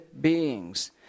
beings